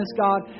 God